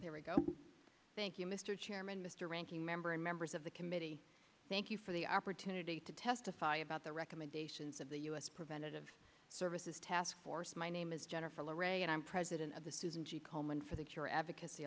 letter thank you mr chairman mr ranking member and members of the committee thank you for the opportunity to testify about the recommendations of the u s preventative services task force my name is jennifer and i'm president of the susan g komen for the cure advocacy